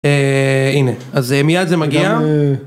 הנה אז מייד זה מגיע